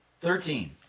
Thirteen